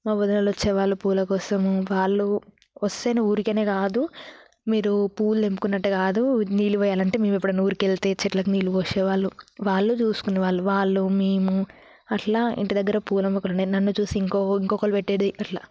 మా వదినలు వచ్చేవారు పూల కోసము వాళ్ళు వస్తే ఊరికనే కాదు మీరు పూలు తెంపుకున్నట్టు కాదు నీళ్ళు పోయాలి అంటే మేము ఎప్పుడైనా ఊరికి వెళితే చెట్లకు నీళ్ళు పోసేవాళ్ళు వాళ్ళు చూసుకునే వాళ్ళు వాళ్ళు మేము అలా ఇంటిదగ్గర పూల మొక్కలు ఉండేవి నన్ను చూసి ఇంకా ఇంకొకరు పెట్టేది అట్లా